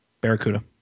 Barracuda